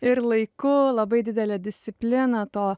ir laiku labai didelė disciplina to